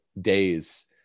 days